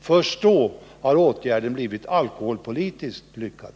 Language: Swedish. Först då har åtgärden blivit alkoholpolitiskt lyckad.